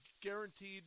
Guaranteed